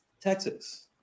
Texas